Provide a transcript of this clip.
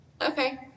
Okay